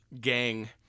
gang